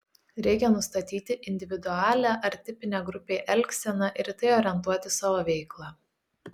reikia nustatyti individualią ar tipinę grupei elgseną ir į tai orientuoti savo veiklą